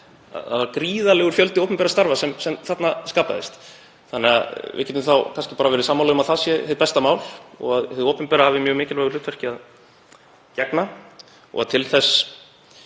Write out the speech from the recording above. Það var gríðarlegur fjöldi opinberra starfa sem þarna skapaðist þannig að við getum þá kannski bara verið sammála um að það sé hið besta mál og að hið opinbera hafi mjög mikilvægu hlutverki að gegna og til þess